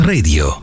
Radio